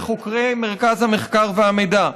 לחוקרי מרכז המחקר והמידע,